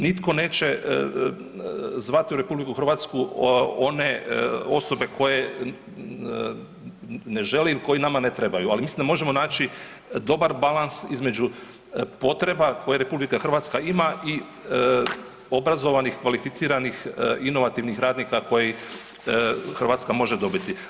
Nitko neće zvati u RH one osobe koje ne želimo i koje nama ne trebaju, ali mislim da možemo naći dobar balans između potreba koje RH ima i obrazovanih, kvalificiranih inovativnih radnika koji Hrvatske može dobiti.